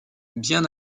bien